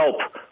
help